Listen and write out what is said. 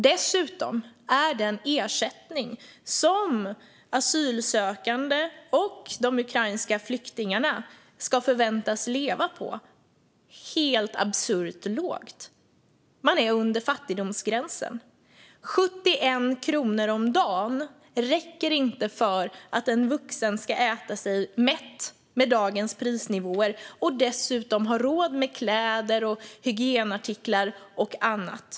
Dessutom är den ersättning som asylsökande och de ukrainska flyktingarna förväntas leva på helt absurt låg. De hamnar under fattigdomsgränsen. Det räcker inte med 71 kronor om dagen för att en vuxen ska kunna äta sig mätt med dagens prisnivåer och dessutom ha råd med kläder, hygienartiklar och annat.